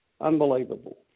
unbelievable